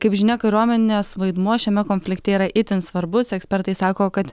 kaip žinia kariuomenės vaidmuo šiame konflikte yra itin svarbus ekspertai sako kad